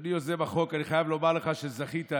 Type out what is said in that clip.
אדוני יוזם החוק, אני חייב לומר לך שזכית הערב.